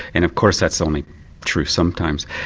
and of course that's only true sometimes.